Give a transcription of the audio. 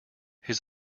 his